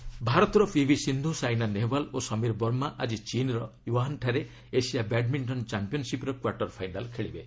badminton ଭାରତର ପିଭିସିନ୍ଧୁ ସାଇନା ନେହୱାଲ୍ ଓ ସମୀର ବର୍ମା ଆଜି ଚୀନ୍ର ଓୁହାନ୍ଠାରେ ଏସିଆ ବ୍ୟାଡ୍ମିଣ୍ଟନ୍ ଚାମ୍ପିୟନ୍ସିପ୍ର କ୍ୱାର୍ଟର୍ ଫାଇନାଲ୍ ଖେଳିବେ